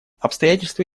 обстоятельства